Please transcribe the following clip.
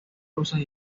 rusas